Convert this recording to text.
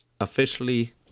officially